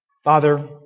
Father